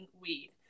weed